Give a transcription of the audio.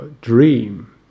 dream